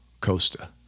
Costa